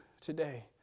today